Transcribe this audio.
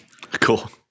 Cool